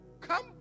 Come